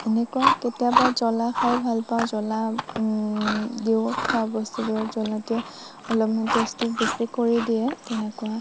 এনেকুৱাই কেতিয়াবা জ্বলা খাই ভাল পাওঁ জ্বলা দিওঁ খোৱা বস্তুবোৰত জ্বলা দিওঁ অলপমান টেষ্টটো বেছি কৰি দিয়ে তেনেকুৱা